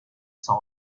sans